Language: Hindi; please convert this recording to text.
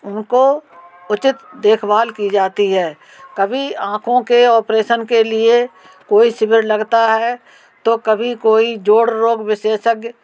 उनको उचित देखभाल की जाती है कभी आँखों के ऑपरेशन के लिए कोई शिविर लगता है तो कभी कोई जोड़ रोग विशेषज्ञ